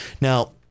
Now